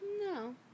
No